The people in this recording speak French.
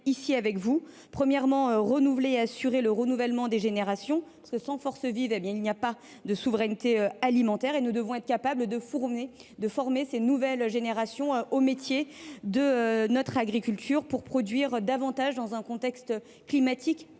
ici. Le premier est d’assurer le renouvellement des générations, car, sans forces vives, il n’y a pas de souveraineté alimentaire. Nous devons être capables de former les nouvelles générations aux métiers de notre agriculture, pour produire davantage dans un contexte climatique